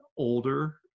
older